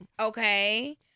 Okay